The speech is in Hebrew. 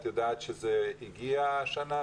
את יודעת אם זה הגיע השנה?